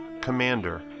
commander